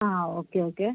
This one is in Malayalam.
uh okay okay